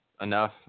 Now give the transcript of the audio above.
enough